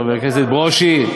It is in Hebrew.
חבר הכנסת ברושי,